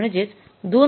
म्हणजेच २